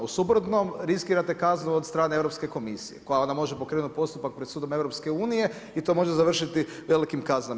U suprotnom, riskirate kaznu od strane Europske komisije, koja onda može pokrenuti postupak pred sudom EU i to onda može završiti veliki kaznama.